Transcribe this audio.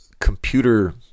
computer